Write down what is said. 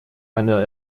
eine